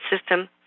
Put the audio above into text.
system